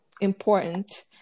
important